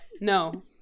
No